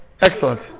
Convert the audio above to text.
Excellent